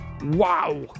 Wow